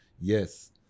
yes